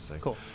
Cool